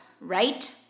right